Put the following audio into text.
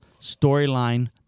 Storyline